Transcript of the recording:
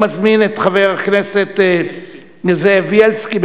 אני מזמין את חבר הכנסת זאב בילסקי,